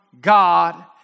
God